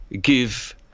give